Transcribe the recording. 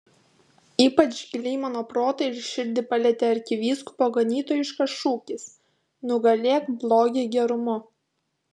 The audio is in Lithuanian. ypač giliai mano protą ir širdį palietė arkivyskupo ganytojiškas šūkis nugalėk blogį gerumu